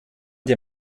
dir